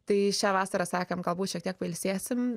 tai šią vasarą sakėm galbūt šiek tiek pailsėsim